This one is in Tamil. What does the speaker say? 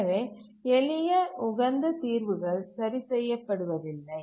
எனவே எளிய உகந்த தீர்வுகள் சரிசெய்ய படுவதில்லை